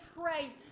pray